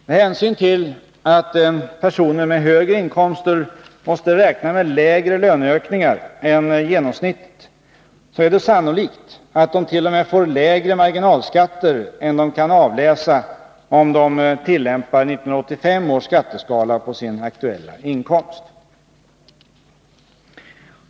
Med hänsyn till att personer med högre inkomster måste räkna med lägre löneökningar än genomsnittet är det sannolikt att de t.o.m. får lägre marginalskatter än de kan avläsa, om de tillämpar 1985 års skatteskala på sin aktuella inkomst.